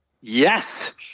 Yes